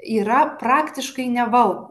yra praktiškai nevaldo